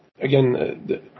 again